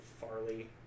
Farley